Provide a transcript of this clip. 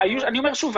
אני אומר שוב,